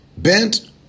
Bent